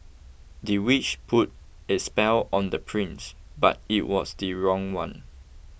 the witch put a spell on the prince but it was the wrong one